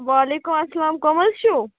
وَعلیکُم اَسَلام کُم حظ چھُو